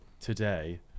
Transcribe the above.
today